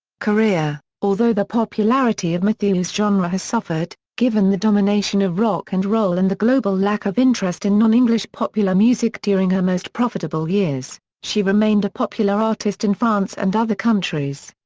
career although the popularity of mathieu's genre has suffered, given the domination of rock and roll and the global lack of interest in non-english popular music during her most profitable years, she remained a popular artist in france and other countries.